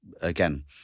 again